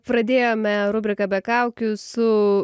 pradėjome rubriką be kaukių su